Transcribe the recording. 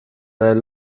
eine